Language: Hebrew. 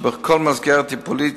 בכל מסגרת טיפולית,